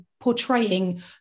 portraying